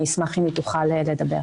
אני אשמח אם היא תוכל לדבר.